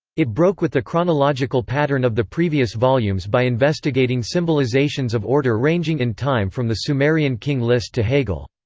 it broke with the chronological pattern of the previous volumes by investigating symbolizations of order ranging in time from the sumerian king list to hegel.